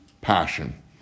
passion